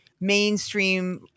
mainstream